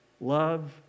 love